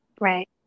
Right